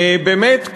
באמת,